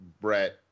brett